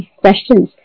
questions